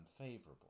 unfavorable